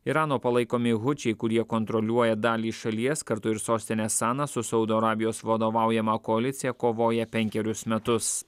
irano palaikomi hučiai kurie kontroliuoja dalį šalies kartu ir sostinę saną su saudo arabijos vadovaujama koalicija kovoja penkerius metus